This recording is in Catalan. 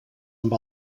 amb